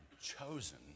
chosen